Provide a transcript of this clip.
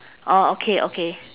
orh okay okay